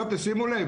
שימו לב